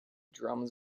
drums